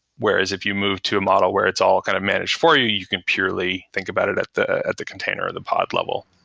whereas if you move to a model where it's all kind of managed for you, you can purely think about it at the at the container or the pod level.